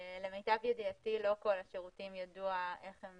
למיטב ידיעתי לא כל השירותים ידוע איך הם